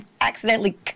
accidentally